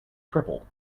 triple